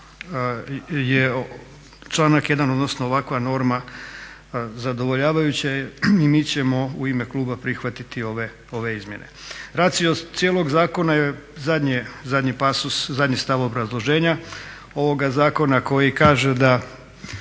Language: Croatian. je članak 1., odnosno ovakva norma zadovoljavajuća i mi ćemo u ime kluba prihvatiti ove izmjene. Racios cijelog zakona je zadnji pasus, zadnji stav obrazloženja ovoga zakona koji kaže da